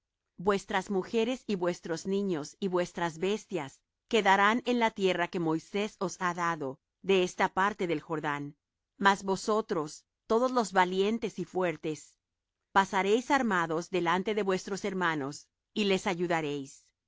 vuestras mujeres y vuestros niños y vuestras bestias quedarán en la tierra que moisés os ha dado de esta parte del jordán mas vosotros todos los valientes y fuertes pasaréis armados delante de vuestros hermanos y les ayudaréis